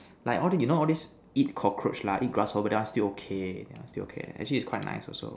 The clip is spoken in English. like all this you know all this you know all this eat cockroach lah eat grasshoppers that one still okay still okay actually its quite nice also